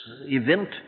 event